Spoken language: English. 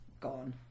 gone